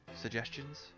suggestions